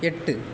எட்டு